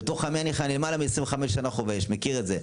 אני למעלה מעשרים שנה חובש, מכיר את זה.